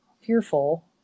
fearful